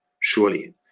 Surely